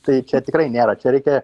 tai čia tikrai nėra čia reikia